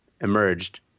emerged